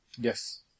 Yes